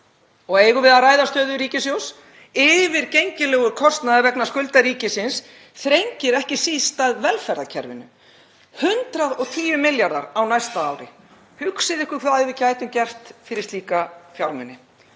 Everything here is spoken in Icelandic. Og eigum við að ræða stöðu ríkissjóðs? Yfirgengilegur kostnaður vegna skulda ríkisins þrengir ekki síst að velferðarkerfinu — 110 milljarðar á næsta ári, hugsið ykkur hvað við gætum gert fyrir slíka fjármuni.